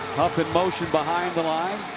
huff in motion behind the line.